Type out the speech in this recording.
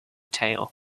trail